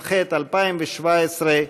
התשע"ח 2017,